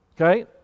Okay